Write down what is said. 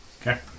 Okay